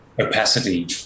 opacity